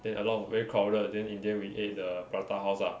then a lot of very crowded then in the end we ate the prata house lah